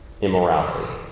immorality